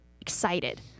excited